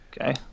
Okay